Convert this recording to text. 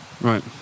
Right